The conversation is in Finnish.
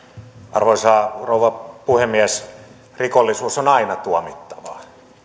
arvoisa rouva puhemies rikollisuus on aina tuomittavaa